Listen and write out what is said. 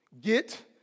Get